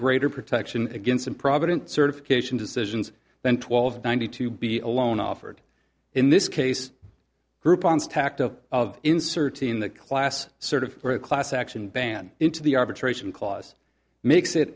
greater protection against improvident certification decisions than twelve ninety two b alone offered in this case group on stacked up of inserting the class sort of a class action ban into the arbitration clause makes it